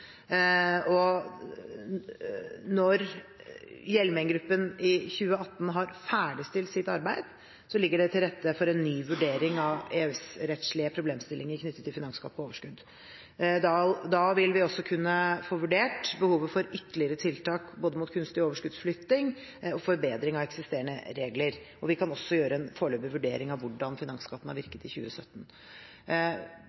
skattespørsmål. Når Hjelmeng-gruppen i 2018 har ferdigstilt sitt arbeid, ligger det til rette for en ny vurdering av EØS-rettslige problemstillinger knyttet til finansskatt på overskudd. Da vil vi også kunne få vurdert behovet for ytterligere tiltak både mot kunstig overskuddsflytting og forbedring av eksisterende regler, og vi kan også gjøre en foreløpig vurdering av hvordan finansskatten har